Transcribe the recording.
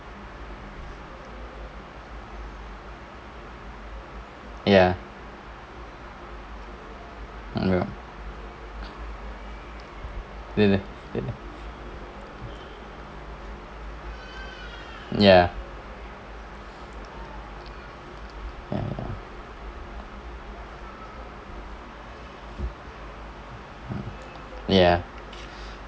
ya ya ya ya